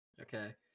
Okay